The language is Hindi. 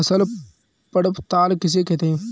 फसल पड़ताल किसे कहते हैं?